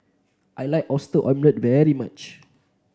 I like Oyster Omelette very much